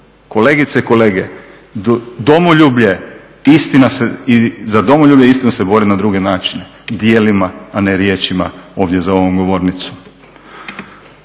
kolege, domoljublje, za domoljublje istina se govori na druge načine, djelima, a ne riječima ovdje za ovom govornicom.